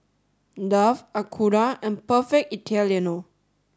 Dove Acura and Perfect Italiano